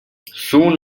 soon